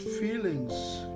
feelings